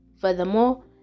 Furthermore